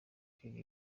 kwiga